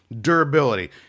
Durability